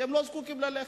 שלא זקוקים ללחם.